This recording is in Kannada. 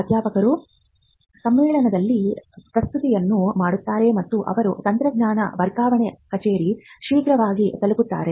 ಪ್ರಾಧ್ಯಾಪಕರು ಸಮ್ಮೇಳನದಲ್ಲಿ ಪ್ರಸ್ತುತಿಯನ್ನು ಮಾಡುತ್ತಾರೆ ಮತ್ತು ಅವರು ತಂತ್ರಜ್ಞಾನ ವರ್ಗಾವಣೆ ಕಚೇರಿಗೆ ಶೀಘ್ರವಾಗಿ ತಲುಪುತ್ತಾರೆ